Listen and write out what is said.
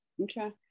Okay